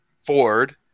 Ford